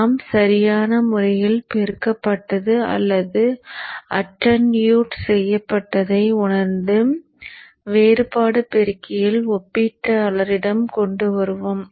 நாம் சரியான முறையில் பெருக்கப்பட்டது அல்லது அட்டன்யூட் செய்யப்பட்டதை உணர்ந்து வேறுபாடு பெருக்கியில் ஒப்பீட்டாளரிடம் கொண்டு வருவோம்